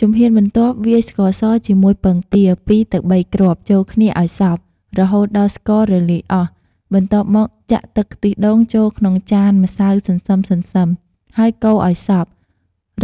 ជំហានបន្ទាប់ វាយស្ករសជាមួយពងទា ២ទៅ៣ គ្រាប់ចូលគ្នាឱ្យសព្វ រហូតដល់ស្កររលាយអស់ បន្ទាប់មក ចាក់ទឹកខ្ទិះដូងចូលក្នុងចានម្សៅសន្សឹមៗ ហើយកូរឱ្យសព្វ